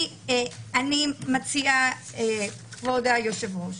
אני מציעה, כבוד היושב-ראש,